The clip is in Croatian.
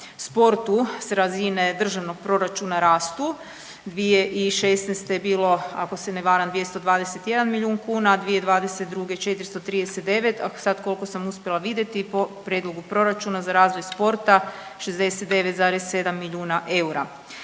sportu s razine Državnog proračuna rastu, 2016. je bilo ako se ne varam 221 milijun kuna, a 2022. 439, a sad koliko sam uspjela vidjeti po prijedlogu proračuna za razvoj sporta 69,7 milijuna eura.